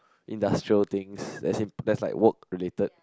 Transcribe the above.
industrial thing that's in that's like work related